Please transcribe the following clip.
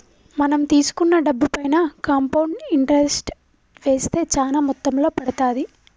మనం తీసుకున్న డబ్బుపైన కాంపౌండ్ ఇంటరెస్ట్ వేస్తే చానా మొత్తంలో పడతాది